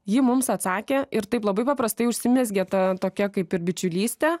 ji mums atsakė ir taip labai paprastai užsimezgė ta tokia kaip ir bičiulystė